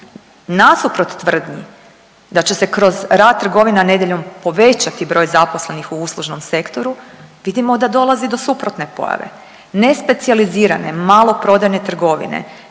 Nasuprot tvrdnji da će se kroz rad trgovina nedjeljom povećati broj zaposlenih u uslužnom sektoru vidimo da dolazi do suprotne pojave. Nespecijalizirane maloprodajne trgovine